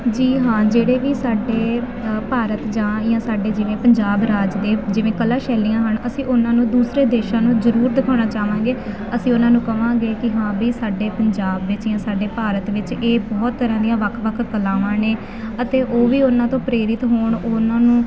ਜੀ ਹਾਂ ਜਿਹੜੇ ਵੀ ਸਾਡੇ ਭਾਰਤ ਜਾਂ ਜਾਂ ਸਾਡੇ ਜਿਵੇਂ ਪੰਜਾਬ ਰਾਜ ਦੇ ਜਿਵੇਂ ਕਲਾ ਸ਼ੈਲੀਆਂ ਹਨ ਅਸੀਂ ਉਹਨਾਂ ਨੂੰ ਦੂਸਰੇ ਦੇਸ਼ਾਂ ਨੂੰ ਜ਼ਰੂਰ ਦਿਖਾਉਣਾ ਚਾਹਵਾਂਗੇ ਅਸੀਂ ਉਹਨਾਂ ਨੂੰ ਕਹਾਂਗੇ ਕਿ ਹਾਂ ਵੀ ਸਾਡੇ ਪੰਜਾਬ ਵਿੱਚ ਜਾਂ ਸਾਡੇ ਭਾਰਤ ਵਿੱਚ ਇਹ ਬਹੁਤ ਤਰ੍ਹਾਂ ਦੀਆਂ ਵੱਖ ਵੱਖ ਕਲਾਵਾਂ ਨੇ ਅਤੇ ਉਹ ਵੀ ਉਹਨਾਂ ਤੋਂ ਪ੍ਰੇਰਿਤ ਹੋਣ ਉਹ ਉਹਨਾਂ ਨੂੰ